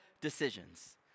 decisions